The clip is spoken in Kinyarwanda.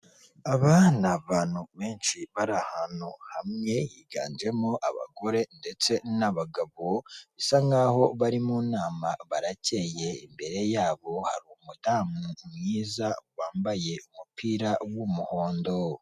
Aba ni abantu benshi bari ahantu hamwe higanjemo abagore ndetse n'abagabo, bisa nkaho bari mu nama barakeye, imbere yabo hari umudamu mwiza wambaye umupira w'umuhondo.